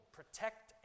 Protect